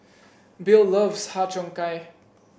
Bill loves Har Cheong Gai